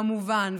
כמובן,